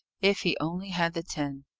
if he only had the tin.